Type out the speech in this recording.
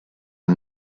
are